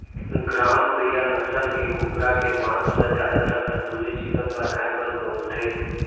ग्रामप्रिया नसल के कुकरा के मांस ल जादातर तंदूरी चिकन बनाए बर बउरथे